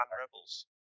Rebels